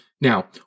Now